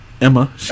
Emma